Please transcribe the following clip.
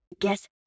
Guess